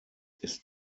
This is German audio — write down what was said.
ist